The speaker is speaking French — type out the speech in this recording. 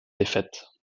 défaite